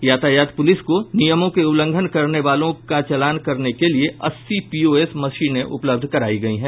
यातायात पुलिस को नियमों के उल्लंघन करने वालों का चालान करने के लिये अस्सी पीओएस मशीनें उपलब्ध करायी गयी हैं